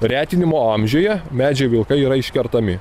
retinimo amžiuje medžiai vilkai yra iškertami